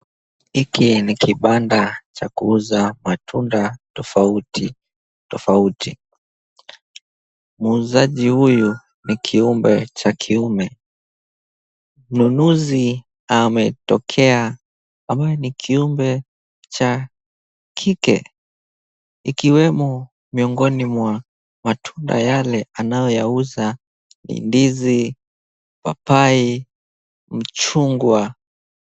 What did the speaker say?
Hiki ni kibanda cha kuuza matunda tofauti tofauti. Muuzaji huyu ni kiumbe cha kiume. Mnunuzi ametokea ambaye ni kiumbe cha kike. Ikiwemo miongoni mwa matunda yale anayoyauza ni ndizi, papai, mchungwa.